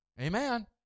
Amen